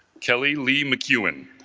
kelly lee mcewen